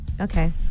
Okay